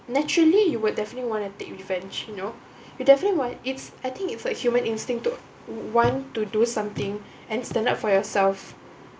naturally you would definitely want to take revenge you know you definitely want it's I think it's like human instinct to want to do something and stand up for yourself